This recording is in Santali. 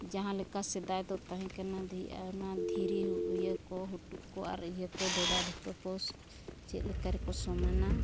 ᱡᱟᱦᱟᱸ ᱞᱮᱠᱟ ᱥᱮᱫᱟᱭ ᱫᱚ ᱛᱟᱦᱮᱸ ᱠᱟᱱᱟ ᱚᱱᱟ ᱫᱷᱤᱨᱤ ᱤᱭᱟᱹ ᱠᱚ ᱦᱩᱴᱩᱜ ᱠᱚ ᱟᱨ ᱤᱭᱟᱹ ᱠᱚ ᱰᱚᱰᱷᱟ ᱰᱷᱤᱯᱟᱹ ᱠᱚ ᱪᱮᱫ ᱞᱮᱠᱟ ᱨᱮᱠᱚ ᱥᱚᱢᱟᱱᱟ